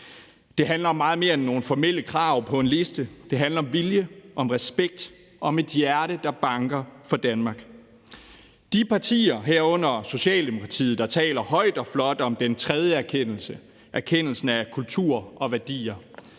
Det handler om meget mere end nogle formelle krav på en liste. Det handler om vilje, om respekt og om et hjerte, der banker for Danmark. De partier, herunder Socialdemokratiet, der taler højt og flot om den tredje erkendelse, erkendelsen af kultur og værdier,